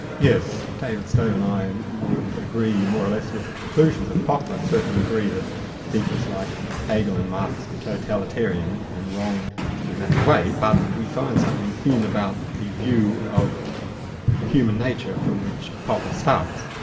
yes, david stove and i would agree more or less with the conclusions of popper and certainly agree that thinkers like hegel and marx were totalitarian were and wrong in that way, but we find something thin about the view of human nature from which popper starts.